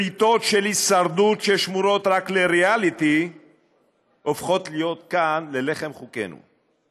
בריתות הישרדות ששמורות רק לריאליטי הופכות להיות כאן לחם חוקנו.